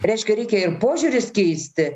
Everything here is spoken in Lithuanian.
reiškia reikia ir požiūrius keisti